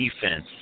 defense